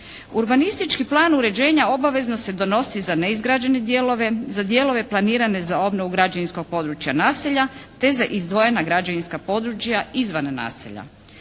Urbanistički plan uređenja obavezno se donosi za neizgrađene dijelove, za dijelove planirane za obnovu građevinskog područja naselja, te za izdvojena građevinska područja izvan naselja.